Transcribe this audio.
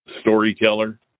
storyteller